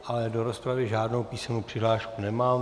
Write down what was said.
Ale do rozpravy žádnou písemnou přihlášku nemám.